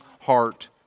heart